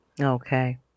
Okay